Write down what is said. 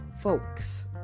folks